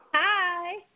Hi